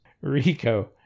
Rico